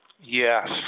Yes